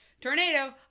tornado